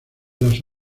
las